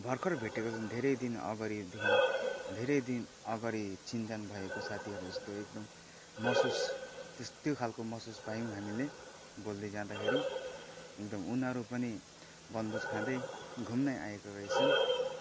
भर्खर भेटेको धेरै दिन अगाडिदेखि धेरै दिन अगाडि चिनजान भएको साथीहरू जस्तो एकदम महसुस त्यस त्यो खालको महसुस पायौँ हामीले बोल्दै जाँदाखेरि एकदम उनीहरू पनि वनभोज खाँदै घुम्नै आएको रहेछन्